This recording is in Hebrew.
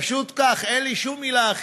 פשוט כך, אין לי שום מילה אחרת: